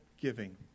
giving